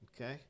Okay